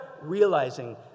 realizing